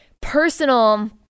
personal